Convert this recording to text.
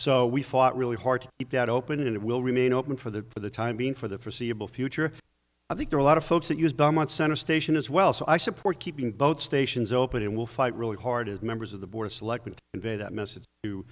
so we fought really hard to keep that open and it will remain open for the for the time being for the forseeable future i think there are a lot of folks that used a month center station as well so i support keeping both stations open and will fight really hard as members of the board of selectmen and that message